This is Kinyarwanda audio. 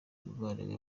umuvandimwe